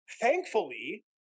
thankfully